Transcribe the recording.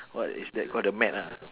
what is that call the mat ah